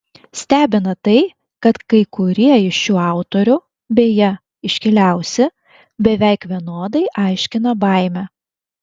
stebina tai kad kai kurie iš šių autorių beje iškiliausi beveik vienodai aiškina baimę